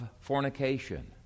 fornication